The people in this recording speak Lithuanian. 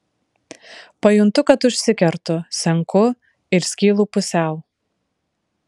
pajuntu kad užsikertu senku ir skylu pusiau